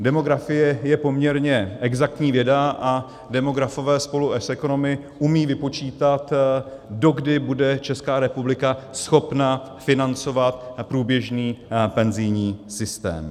Demografie je poměrně exaktní věda a demografové spolu s ekonomy umějí vypočítat, dokdy bude Česká republika schopna financovat průběžný penzijní systém.